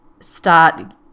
Start